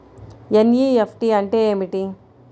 NEFT అంటే ఏమిటి?